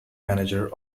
manager